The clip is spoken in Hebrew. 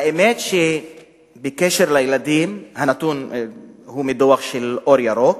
האמת שבקשר לילדים הנתון הוא מהדוח של "אור ירוק",